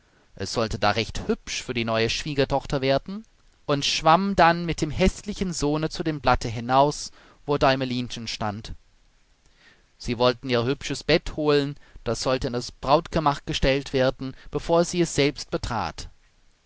es sollte da recht hübsch für die neue schwiegertochter werden und schwamm dann mit dem häßlichen sohne zu dem blatte hinaus wo däumelinchen stand sie wollten ihr hübsches bett holen das sollte in das brautgemach gestellt werden bevor sie es selbst betrat